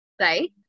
right